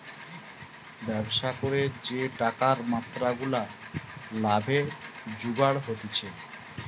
ব্যবসা করে যে টাকার মাত্রা গুলা লাভে জুগার হতিছে